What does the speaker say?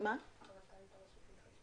הממשלתית להתחדשות